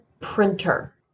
printer